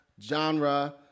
genre